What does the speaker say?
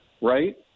right